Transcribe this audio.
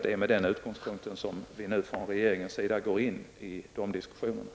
Det är med den utgångspunkten som vi nu från regeringens sida går in i de diskussionerna.